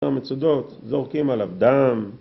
ממצודות זורקים עליו דם,